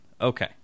Okay